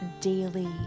daily